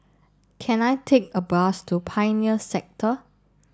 can I take a bus to Pioneer Sector